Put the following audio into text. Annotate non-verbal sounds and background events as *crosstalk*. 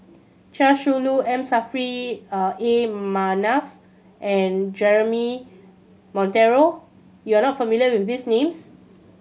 Chia Shi Lu M Saffri *hesitation* A Manaf and Jeremy Monteiro you are not familiar with these names